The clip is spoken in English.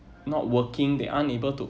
not working they unable to